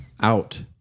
Out